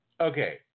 Okay